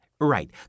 Right